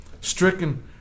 stricken